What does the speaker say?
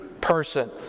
person